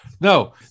No